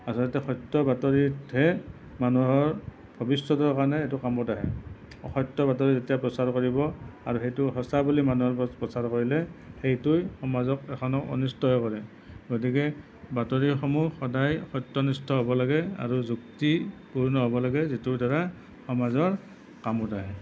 আচলতে সত্য় বাতৰিতহে মানুহৰ ভৱিষ্য়তৰ কাৰণে এইটো কামত আহে অসত্য় বাতৰি যেতিয়া প্ৰচাৰ কৰিব আৰু সেইটো সঁচা বুলি মানুহৰ আগত প্ৰচাৰ কৰিলে সেইটোৱে সমাজক এখনক অনিষ্টহে কৰে গতিকে বাতৰিসমূহ সদায় সত্য়নিষ্ঠ হ'ব লাগে আৰু যুক্তিপূৰ্ণ হ'ব লাগে যিটোৰ দ্বাৰা সমাজৰ কামত আহে